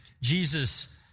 Jesus